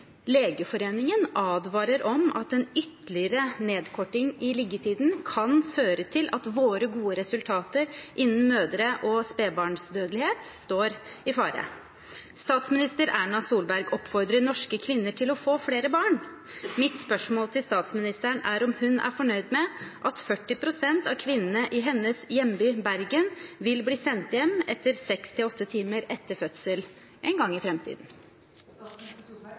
Legeforeningen advarer om at en ytterligere nedkorting i liggetiden kan føre til at våre gode resultater innen mødre- og spedbarnsdødelighet står i fare. Statsminister Erna Solberg oppfordrer norske kvinner til å få flere barn. Mitt spørsmål til statsministeren er om hun er fornøyd med at 40 pst. av kvinnene i hennes hjemby, Bergen, vil bli sendt hjem seks–åtte timer etter fødsel en gang i